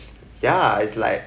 ya it's like